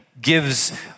gives